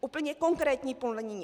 Úplně konkrétní plnění.